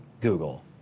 Google